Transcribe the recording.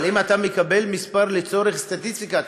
אבל אם אתה מקבל מספר לצורך סטטיסטיקה,